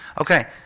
Okay